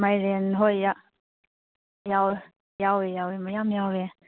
ꯃꯥꯏꯔꯦꯟ ꯍꯣꯏ ꯌꯥꯎꯏ ꯌꯥꯎꯏ ꯌꯥꯎꯏ ꯃꯌꯥꯝ ꯌꯥꯎꯏ